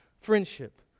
friendship